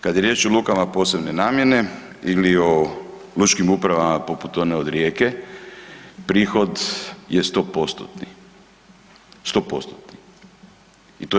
Kad je riječ o lukama posebne namjene ili o lučkim upravama poput one od Rijeke, prihod je 100%-tni, 100%-tni.